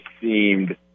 seemed